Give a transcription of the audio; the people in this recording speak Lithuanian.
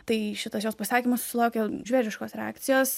tai šitas jos pasakymas susilaukė žvėriškos reakcijos